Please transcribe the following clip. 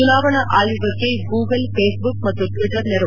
ಚುನಾವಣಾ ಆಯೋಗಕ್ಕೆ Google Facebook ಮತ್ತು ಟ್ವಿಟರ್ ನೆರವು